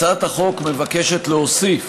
הצעת החוק מבקשת להוסיף